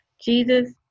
Jesus